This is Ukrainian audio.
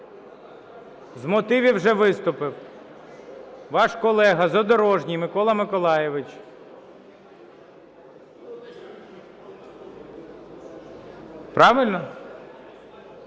З мотивів вже виступив вас колега Задорожній Микола Миколайович, правильно?